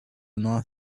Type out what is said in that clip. not